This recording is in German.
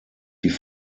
die